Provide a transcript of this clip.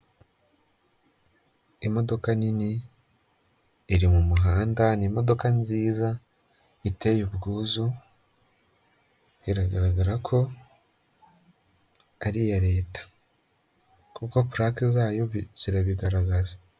Imodoka nini iri mu muhanda ni imodoka nziza iteye ubwuzu, biragaragara ko ari iya Leta kuko purake zayo zirabigaragaza.